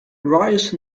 ryerson